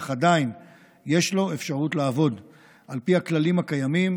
אך עדיין יש לו אפשרות לעבוד על פי הכללים המתאימים,